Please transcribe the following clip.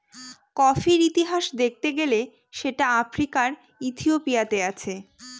কফির ইতিহাস দেখতে গেলে সেটা আফ্রিকার ইথিওপিয়াতে আছে